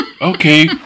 okay